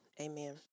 Amen